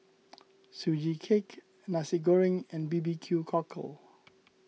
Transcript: Sugee Cake Nasi Goreng and B B Q Cockle